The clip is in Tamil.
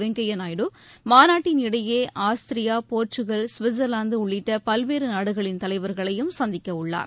வெங்கையா நாயுடு மாநாட்டின் இடையே ஆஸ்திரியா போர்ச்சுக்கல் ஸ்விட்சர்லாந்து உள்ளிட்ட பல்வேறு நாடுகளின் தலைவர்களையும் சந்திக்கவுள்ளார்